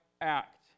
act